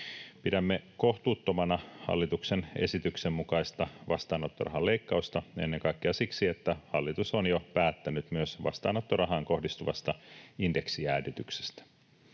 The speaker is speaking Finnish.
Pidämme kohtuuttomana hallituksen esityksen mukaista vastaanottorahan leikkausta ennen kaikkea siksi, että hallitus on jo päättänyt myös vastaanottorahaan kohdistuvasta indeksijäädytyksestä.